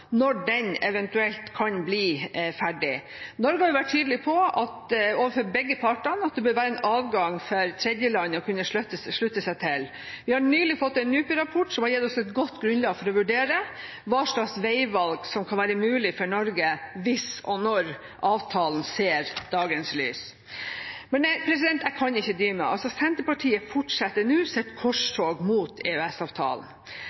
når den eventuelt kan bli ferdig. Norge har overfor begge partene vært tydelig på at det bør være adgang for tredjeland til å kunne slutte seg til. Vi har nylig fått en NUPI-rapport som har gitt oss et godt grunnlag for å vurdere hva slags veivalg som kan være mulig for Norge hvis og når avtalen ser dagens lys. Men jeg kan ikke dy meg: Senterpartiet fortsetter nå